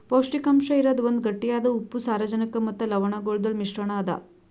ಪೌಷ್ಟಿಕಾಂಶ ಇರದ್ ಒಂದ್ ಗಟ್ಟಿಯಾದ ಉಪ್ಪು, ಸಾರಜನಕ ಮತ್ತ ಲವಣಗೊಳ್ದು ಮಿಶ್ರಣ ಅದಾ